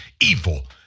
evil